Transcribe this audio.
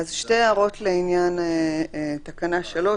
אז שתי הערות לעניין תקנה 3,